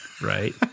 right